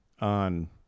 on